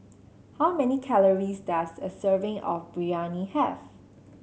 how many calories does a serving of Biryani have